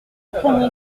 craignez